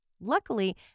Luckily